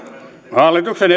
hallituksen